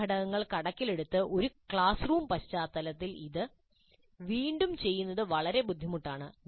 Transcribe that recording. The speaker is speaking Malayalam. സമയഘടകങ്ങൾ കണക്കിലെടുത്ത് ഒരു ക്ലാസ് റൂം പശ്ചാത്തലത്തിൽ ഇത് വീണ്ടും ചെയ്യുന്നത് വളരെ ബുദ്ധിമുട്ടാണ്